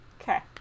okay